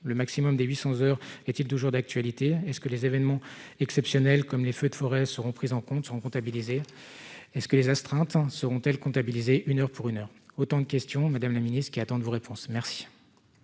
le maximum de 800 heures est-il toujours d'actualité, est ce que les événements exceptionnels comme les feux de forêt seront prises en compte, seront comptabilisés, est ce que les astreintes seront-elles comptabilisées une heure pour une heure, autant de questions, Madame la Ministre, qui attendent vos réponses merci.